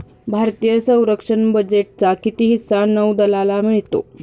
भारतीय संरक्षण बजेटचा किती हिस्सा नौदलाला मिळतो?